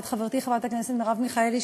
ואת חברתי חברת הכנסת מרב מיכאלי,